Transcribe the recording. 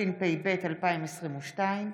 התשפ"ב 2022,